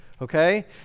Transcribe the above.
Okay